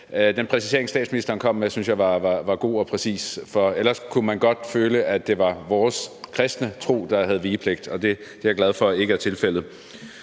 den præcisering, som statsministeren kom med, synes jeg var god og præcis, for ellers kunne man godt føle, at det var vores kristne tro, der havde vigepligt. Det er jeg glad for ikke er tilfældet.